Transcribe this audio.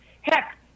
Heck